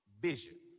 vision